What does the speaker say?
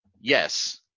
yes